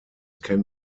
can